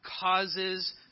Causes